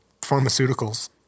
Pharmaceuticals